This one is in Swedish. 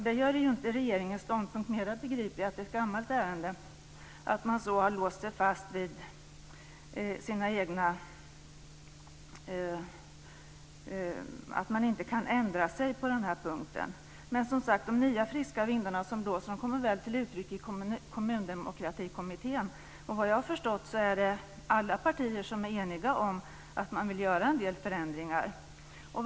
Det gör ju inte regeringens ståndpunkt mer begriplig att det är ett gammalt ärende och att man har låst fast sig så och att man inte kan ändra sig på denna punkt. Men som sagt, de nya friska vindarna som blåser kommer väl till uttryck i Kommundemokratikommittén. Och såvitt jag har förstått så är alla partier eniga om att de vill göra en del förändringar.